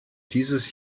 dieses